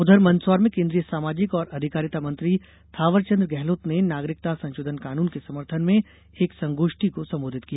उधर मंदसौर में केंद्रीय सामाजिक और अधिकारिता मंत्री थावरचंद्र गेहलोत ने नागरिकता संशोधन कानून के समर्थन में एक संगोष्ठी को संबोधित किया